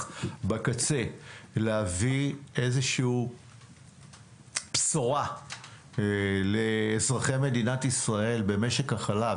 בקצה להביא איזושהי בשורה לאזרחי מדינת ישראל במשק החלב,